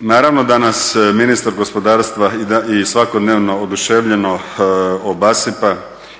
Naravno da nas ministar gospodarstva i svakodnevno oduševljeno obasipa